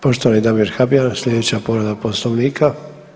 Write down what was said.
Poštovani Damir Habijan, sljedeća povreda Poslovnika.